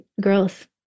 growth